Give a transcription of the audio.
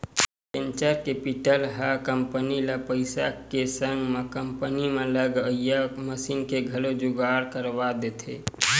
venture capital ह company ल पइसा के संग म कंपनी म लगइया मसीन के घलो जुगाड़ करवा देथे